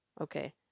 Okay